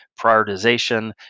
prioritization